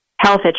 health